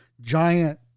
giant